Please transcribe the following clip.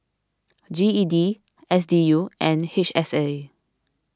G E D S D U and H S A